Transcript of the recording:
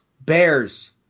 bears